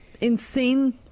insane